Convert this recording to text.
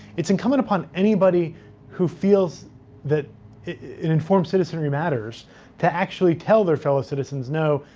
it's incumbent upon anybody who feels that an informed citizenry matters to actually tell their fellow citizens, no,